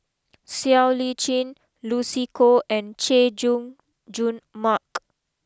Siow Lee Chin Lucy Koh and Chay Jung Jun Mark